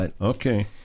Okay